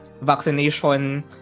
vaccination